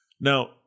Now